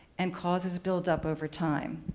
and causes build up over time.